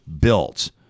built